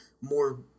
more